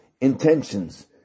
intentions